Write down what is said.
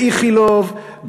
באיכילוב,